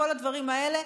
כל הדברים האלה,